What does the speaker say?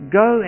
go